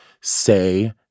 say